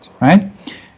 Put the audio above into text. right